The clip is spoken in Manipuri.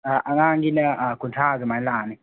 ꯑꯥ ꯑꯉꯥꯡꯒꯤꯅ ꯀꯨꯟꯊ꯭ꯔꯥ ꯑꯗꯨꯃꯥꯏꯅ ꯂꯥꯛꯑꯅꯤ